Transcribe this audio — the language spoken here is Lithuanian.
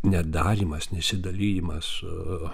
nedarymas nesidalijams